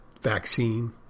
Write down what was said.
vaccine